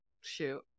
Shoot